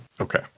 Okay